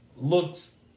looks